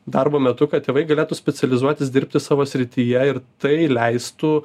darbo metu kad tėvai galėtų specializuotis dirbti savo srityje ir tai leistų